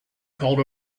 called